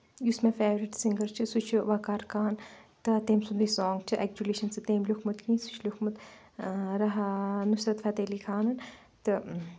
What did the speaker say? یُس مےٚ favourite singer چھُ سُہ چھُ وَکار خان تہٕ تٔمۍ سُنٛدُے سانگ چھُ ایٚکچُلی چھَنہٕ سُہ تٔمۍ لیوٗکھمُت کینٛہہ سُہ چھُ لیوٚکھمُت نُصرت فتح علی خانن تہٕ